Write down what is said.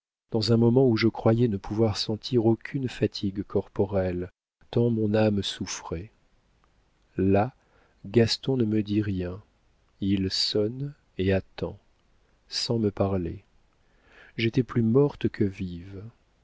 dans un moment où je croyais ne pouvoir sentir aucune fatigue corporelle tant mon âme souffrait là gaston ne me dit rien il sonne et attend sans me parler j'étais plus morte que vive